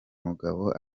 mugabo